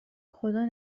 خدا